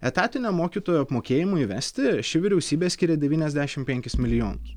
etatinio mokytojų apmokėjimui įvesti ši vyriausybė skyrė devyniasdešimt penkis milijonus